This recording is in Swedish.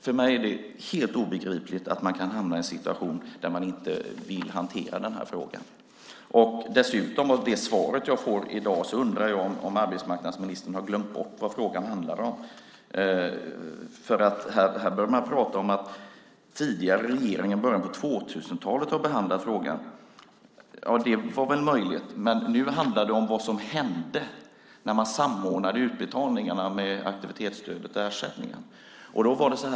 För mig är det helt obegripligt att man kan hamna i en situation där man inte vill hantera den här frågan. Dessutom undrar jag, utifrån det svar jag får i dag, om arbetsmarknadsministern har glömt bort vad frågan handlar om. Här börjar man prata om att den tidigare regeringen i början av 2000-talet har behandlat frågan. Det är väl möjligt, men nu handlar det om vad som hände när man samordnade utbetalningarna av aktivitetsstödet och ersättningen.